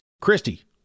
Christy